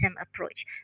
approach